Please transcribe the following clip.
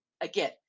again